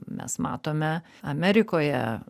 mes matome amerikoje